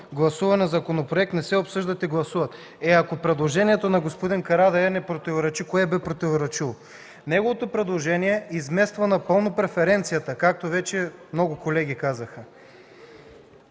гласуване законопроект, не се обсъждат и гласуват”. Е, ако предложението на господин Карадайъ не противоречи, кое би противоречило? Неговото предложение измества напълно преференцията, както вече много колеги казаха.